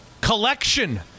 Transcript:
collection